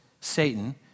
Satan